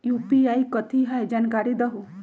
UPI कथी है? जानकारी दहु